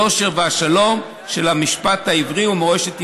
היושר והשלום של המשפט העברי ומורשת ישראל,